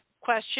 question